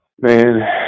Man